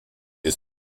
ist